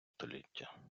століття